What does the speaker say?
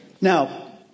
Now